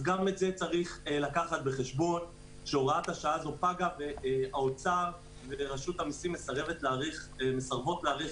צריך לקחת בחשבון שהוראת השעה פגה והאוצר מסרב להאריכה.